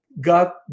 got